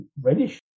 reddish